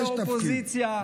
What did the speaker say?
לרכזת האופוזיציה.